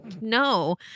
no